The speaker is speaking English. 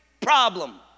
problem